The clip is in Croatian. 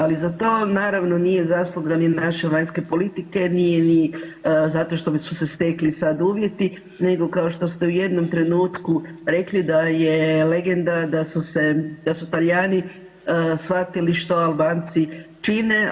Ali za to naravno nije zasluga ni naše vanjske politike, nije ni zato što su se stekli sad uvjeti nego kao što ste u jednom trenutku rekli da je legenda da su se, da su Talijani shvatili što Albanci čine.